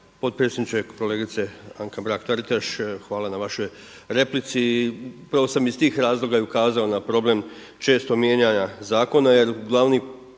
potpredsjedniče. Kolegice Anka Mrak Taritaš hvala na vašoj replici. Prvo sam i iz tih razloga ukazao na problem čestog mijenjanja zakona